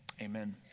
Amen